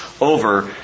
over